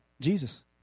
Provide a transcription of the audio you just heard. Jesus